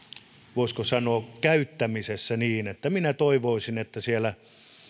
käyttämisessä minä toivoisin että siellä